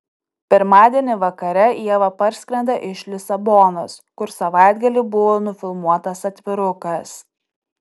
pirmadienį vakare ieva parskrenda iš lisabonos kur savaitgalį buvo nufilmuotas atvirukas